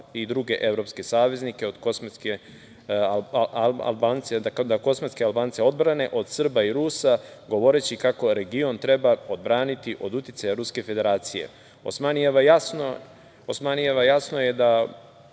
i druge evropske saveznike da kosmetske Albance odbrane od Srba i Rusa, govoreći kako region treba odbraniti od uticaja Ruske Federacije. Jasno je da